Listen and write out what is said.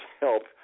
help